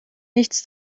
nichts